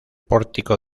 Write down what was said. pórtico